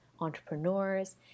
entrepreneurs